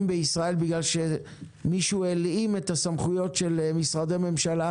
בישראל בגלל שמישהו הלאים את הסמכויות של משרדי ממשלה